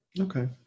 Okay